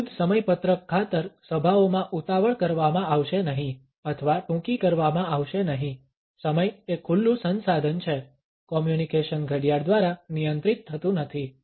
આપખુદ સમયપત્રક ખાતર સભાઓમાં ઉતાવળ કરવામાં આવશે નહીં અથવા ટૂંકી કરવામાં આવશે નહીં સમય એ ખુલ્લું સંસાધન છે કોમ્યુનિકેશન ઘડિયાળ દ્વારા નિયંત્રિત થતુ નથી